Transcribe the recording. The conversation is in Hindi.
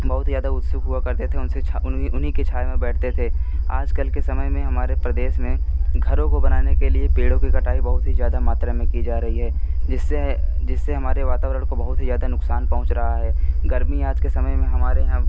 बहुत ही ज़्यादा उत्सुक हुआ करते थे उनसे उन्हीं उन्हीं की छाया में बैठते थे आज कल के समय में हमारे प्रदेश में घरों को बनाने के लिए पेड़ों की कटाई बहुत ही ज़्यादा मात्रा में की जा रही है जिससे जिससे हमारे वातावरण को बहुत ही ज़्यादा नुक़सान पहुँच रहा है गर्मी आज के समय में हमारे यहाँ